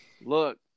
Look